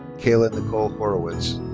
cayla nicole horowitz.